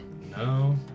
No